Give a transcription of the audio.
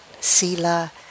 sila